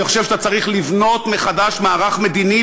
אני חושב שאתה צריך לבנות מחדש מערך מדיני